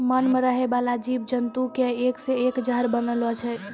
मान मे रहै बाला जिव जन्तु के एक से एक जहर बनलो छै